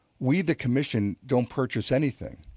we the commission don't purchase anything.